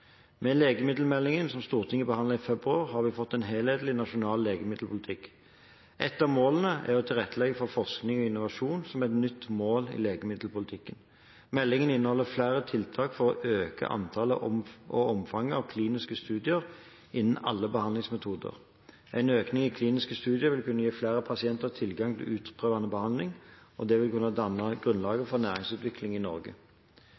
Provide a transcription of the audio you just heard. Med legemiddelmeldingen, som Stortinget behandlet i februar, har vi fått en helhetlig, nasjonal legemiddelpolitikk. Ett av målene er å tilrettelegge for forskning og innovasjon, som er et nytt mål innen legemiddelpolitikken. Meldingen inneholder flere tiltak for å øke antallet og omfanget av kliniske studier innen alle behandlingsmetoder. En økning i kliniske studier vil kunne gi flere pasienter tilgang til utprøvende behandling, og det vil kunne danne grunnlag for næringsutvikling i Norge.